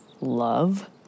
love